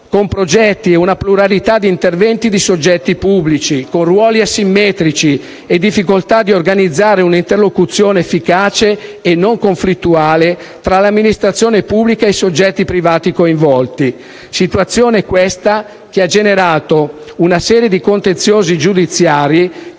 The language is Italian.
con progetti e una pluralità di interventi di soggetti pubblici aventi ruoli asimmetrici e difficoltà di organizzare un'interlocuzione efficace e non conflittuale tra l'amministrazione pubblica e i soggetti privati coinvolti. Tale situazione ha generato una serie di contenziosi giudiziari che